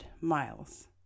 miles